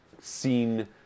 seen